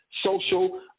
social